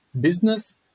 business